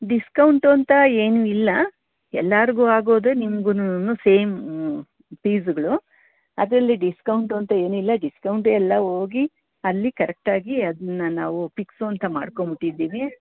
discount ಅಂತ ಏನೂ ಇಲ್ಲ ಎಲ್ಲರಿಗೂ ಆಗೋದೆ ನಿಮಗೂನು ಸೇಮ್ ಫೀಸ್ಗಳು ಅದರಲ್ಲಿ ಡಿಸ್ಕೌಂಟೂ ಅಂತ ಏನಿಲ್ಲ ಡಿಸ್ಕೌಂಟ್ ಎಲ್ಲ ಹೋಗಿ ಅಲ್ಲಿ ಕರೆಕ್ಟಾಗಿ ಅದನ್ನ ನಾವು ಫಿಕ್ಸು ಅಂತ ಮಾಡ್ಕೊಂಡ್ಬಿಟ್ಟಿದ್ದೀವಿ